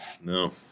No